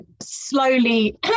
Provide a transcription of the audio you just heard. slowly